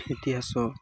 ଇତିହାସ